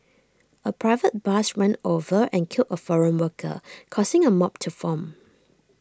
A private bus ran over and killed A foreign worker causing A mob to form